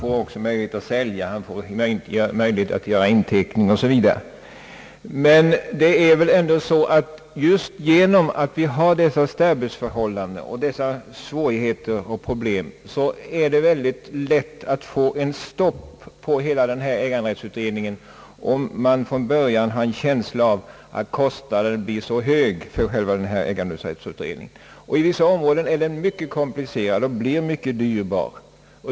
Han får möjlighet att sälja, att ta inteckningar osv., men stärbhusförhållanden och andra svårigheter gör att det lätt blir stopp för en äganderättsutredning, om det finns en känsla av att kostnaderna blir höga. I vissa områden är en sådan utredning mycket komplicerad och blir mycket dyrbar.